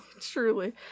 Truly